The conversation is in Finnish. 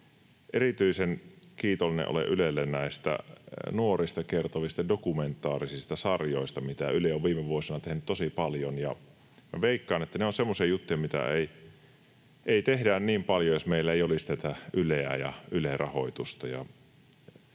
Erityisen kiitollinen olen Ylelle näistä nuorista kertovista dokumentaarisista sarjoista, mitä Yle on viime vuosina tehnyt tosi paljon. Veikkaan, että ne ovat semmoisia juttuja, mitä ei tehtäisi niin paljon, jos meillä ei olisi Yleä ja Ylen rahoitusta.